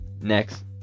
next